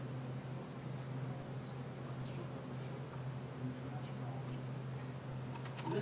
אז לגבי התחדשות עירונית, בסעיף קטן (ד), באופן